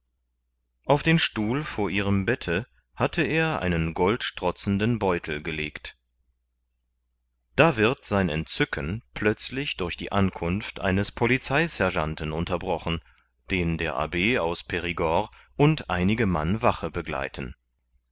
auf den stuhl vor ihrem bette hatte er einen gold strotzenden beutel gelegt da wird sein entzücken plötzlich durch die ankunft eines polizeisergeanten unterbrochen den der abb aus perigord und einige mann wache begleiten